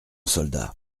soldat